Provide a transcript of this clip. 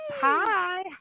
Hi